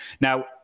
Now